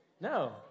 No